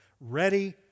ready